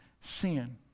sin